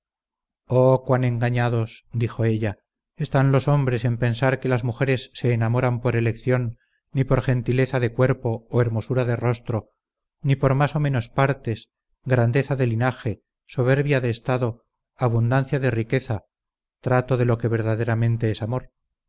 cuán engañados dijo ella están los hombres en pensar que las mujeres se enamoran por elección ni por gentileza de cuerpo o hermosura de rostro ni por más o menos partes grandeza de linaje soberbia de estado abundancia de riqueza trato de lo que